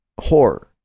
horror